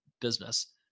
business